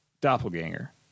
Doppelganger